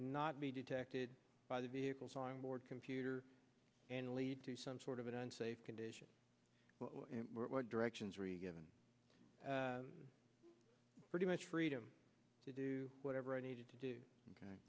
not be detected by the vehicles onboard computer and lead to some sort of an unsafe condition directions were you given pretty much freedom to do whatever i needed to do